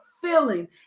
feeling